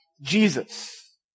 Jesus